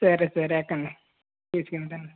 సరే సరే ఎక్కండి తీసుకు వెళ్తాను